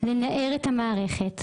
לנער את המערכת,